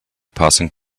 passing